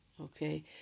Okay